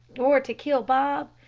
or to kill bob.